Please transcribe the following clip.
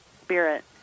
spirit